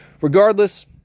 regardless